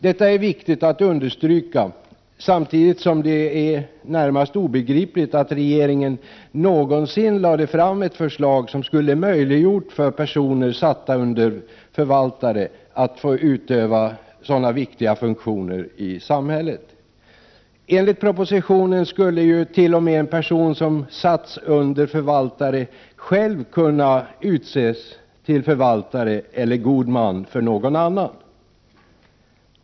Detta är viktigt att understryka, samtidigt som det är närmast obegripligt att regeringen någonsin lade fram ett förslag som skulle ha möjliggjort för personer satta under förvaltare att få utöva sådana viktiga funktioner i samhället. Enligt propositionen skulle ju t.o.m. en person som satts under förvaltare själv kunna utses till förvaltare eller god man för någon annan.